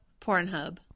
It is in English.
Pornhub